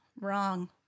wrong